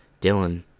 Dylan